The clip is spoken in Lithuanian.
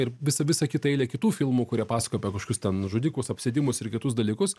ir visa visa kita eilė kitų filmų kurie pasakoja apie kažkokius ten žudikus apsėdimus ir kitus dalykus